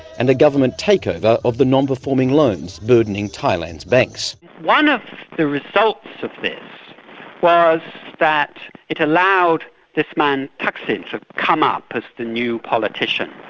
and a government takeover of the non-performing loans burdening thailand's banks. one of the results of this was that it allowed this man thaksin to come up as a new politician.